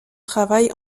travail